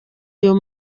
uyu